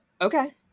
Okay